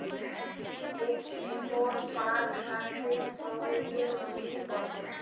এক একর পাট কাটতে শ্রমিকের মজুরি কত?